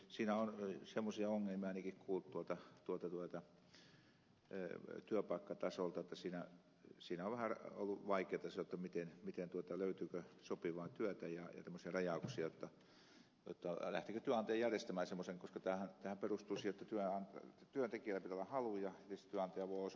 siinä on semmoisia ongelmia kuultu ainakin tuolta työpaikkatasolta että siinä on vähän ollut vaikeata se löytyykö sopivaa työtä ja on tämmöisiä rajauksia jotta lähteekö työnantaja järjestämään semmoista koska tämähän perustuu siihen jotta työntekijällä pitää olla haluja ja sitten työnantaja voi osoittaa semmoisen työn